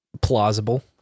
Plausible